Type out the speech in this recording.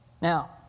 Now